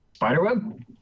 Spiderweb